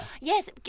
Yes